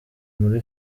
muri